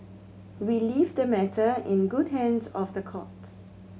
we leave the matter in good hands of the courts